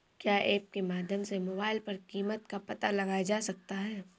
क्या ऐप के माध्यम से मोबाइल पर कीमत का पता लगाया जा सकता है?